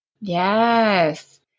Yes